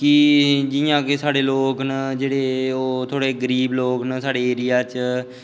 कि जि'यां कि साढ़े लोग न जेह्ड़े ओह् थोह्ड़े गरीब लोग न साढ़े एरिया च